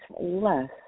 less